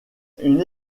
une